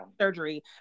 surgery